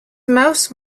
most